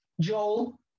Joel